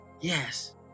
Yes